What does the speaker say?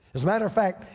as matter of fact,